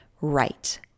right